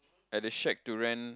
at the shack to rent